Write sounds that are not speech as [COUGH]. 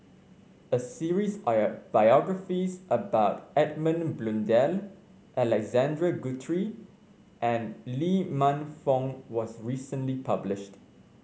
a series [UNINTELLIGIBLE] biographies about Edmund Blundell Alexander Guthrie and Lee Man Fong was recently published